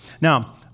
Now